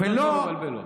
העובדות לא מבלבלות.